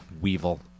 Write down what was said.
Weevil